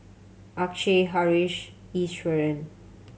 Akshay Haresh Iswaran